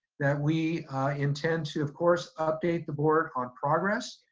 that we intend to, of course, update the board on progress,